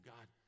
God